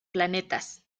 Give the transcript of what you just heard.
planetas